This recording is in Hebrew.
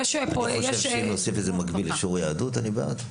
אני חושב שאם נוסיף את זה במקביל לשיעור ביהדות אני בעד,